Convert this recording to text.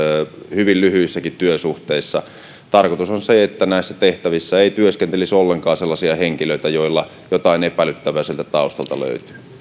hyvin lyhyissäkin työsuhteissa tarkoitus on se että näissä tehtävissä ei työskentelisi ollenkaan sellaisia henkilöitä joilla jotain epäilyttävää sieltä taustalta löytyy